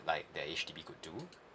like that is that we could